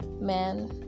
man